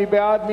מי בעד?